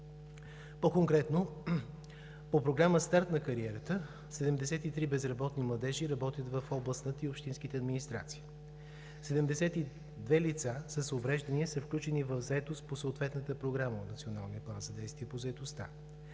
По-конкретно – по Програма „Старт на кариерата“, 73 безработни младежи работят в областната и общинските администрации; 72 лица с увреждания са включени в заетост по съответната програма от